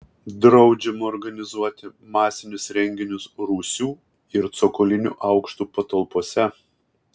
draudžiama organizuoti masinius renginius rūsių ir cokolinių aukštų patalpose